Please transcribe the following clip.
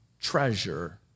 treasure